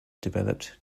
developed